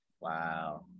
Wow